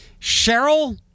Cheryl